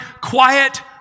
quiet